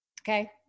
Okay